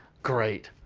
great.